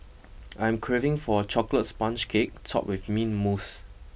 I am craving for a chocolate sponge cake topped with mint mousse